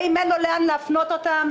האם אין לו לאן להפנות אותם?